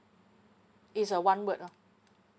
it's a one word lah